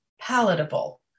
palatable